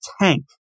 tank